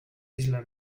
isla